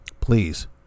Please